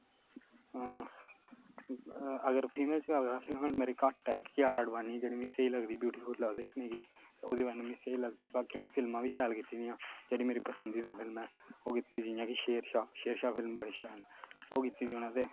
हां अगर फीमेल दी अगर अस फीमेल मेरी घट्ट ऐ इक क्यारा अडवाणी जेह्ड़ी मिगी स्हेई लगदी बियूटीफुल लगदी दिक्खने गी ओह्दी बजह कन्नै मी स्हेई लगदी बाकी इ'यां फिल्मां बी शैल कीती दियां जेह्ड़ी मेरी पसंदीदा फिल्म ऐ ओह् कीती दी जियां कि शेरशाह् शेरशाह् फिल्म बड़ी शैल ऐ ओह् कीती दी उ'नें ते